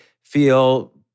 feel